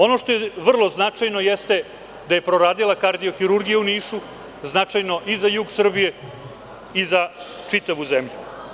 Ono što je vrlo značajno, jeste da je proradila kardiohirurgija u Nišu, što je značajno i za jug Srbije i za čitavu zemlju.